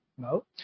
No